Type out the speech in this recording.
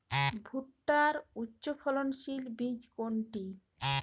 ভূট্টার উচ্চফলনশীল বীজ কোনটি?